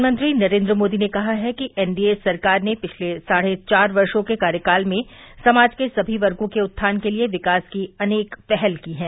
प्रधानमंत्री नरेन्द्र मोदी ने कहा है कि एनडीए सरकार ने पिछले साढ़े चार वर्षों के कार्यकाल में समाज के सभी वर्गो के उत्थान के लिए विकास की अनेक पहल की हैं